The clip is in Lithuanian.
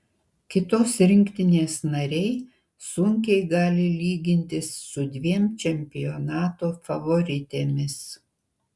kitos rinktinės nariai sunkiai gali lygintis su dviem čempionato favoritėmis